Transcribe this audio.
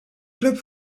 clubs